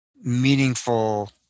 meaningful